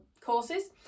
courses